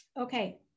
Okay